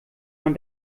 man